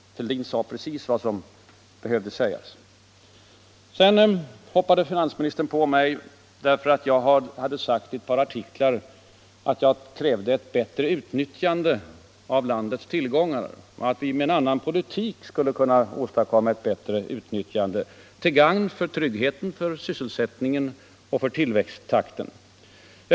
Fälldin sade precis vad som behövde sägas. Sedan hoppade finansministern på mig för att jag i ett par artiklar sagt att jag krävde ett bättre utnyttjande av landets tillgångar och att vi med en annan politik skulle kunna åstadkomma ett bättre resultat till gagn för tryggheten, sysselsättningen och tillväxttakten.